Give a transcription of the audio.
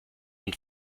und